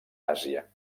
àsia